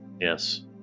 Yes